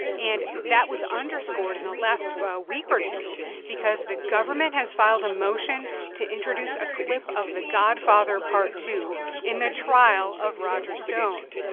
and that was underscored in the last week or two because the government has filed a motion to introduce a clip of the godfather part ii in the trial of roger stone.